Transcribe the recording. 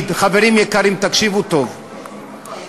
נמאס לו להיות יו"ר האופוזיציה?